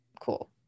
Cool